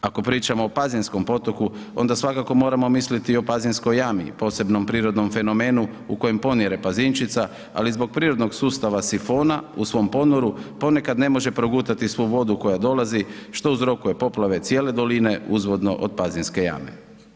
Ako pričamo o pazinskom potoku, onda svakako moramo misliti o Pazinskoj jami, posebnom prirodnom fenomenu u kojem ponire Pazinčica ali zbog prirodnog sustava sifona u svom ponoru, ponekad ne može progutati svu vodu koja dolazi što uzrokuje poplave cijele doline uzvodno od Pazinske jame.